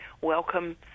welcome